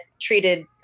treated